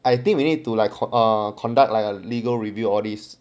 I think you need to like a conduct like a legal review all this